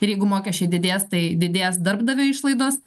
ir jeigu mokesčiai didės tai didės darbdavio išlaidos